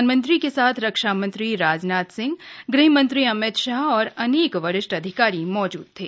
प्रधानमंत्री के साथ रक्षा मंत्री राजनाथ सिंह ग्रहमंत्री अमित शाह और अनेक वरिष्ठ अधिकारी मौजूद थे